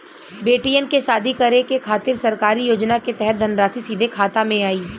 बेटियन के शादी करे के खातिर सरकारी योजना के तहत धनराशि सीधे खाता मे आई?